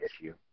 issue